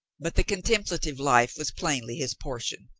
but the contemplative life was plainly his por tion,